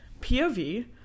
POV